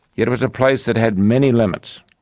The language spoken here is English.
it was a place that had many limits.